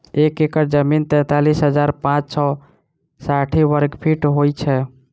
एक एकड़ जमीन तैँतालिस हजार पाँच सौ साठि वर्गफीट होइ छै